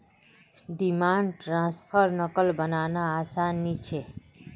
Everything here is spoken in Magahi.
डिमांड द्रफ्टर नक़ल बनाना आसान नि छे